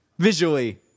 Visually